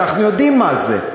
ואנחנו יודעים מה זה.